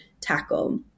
tackle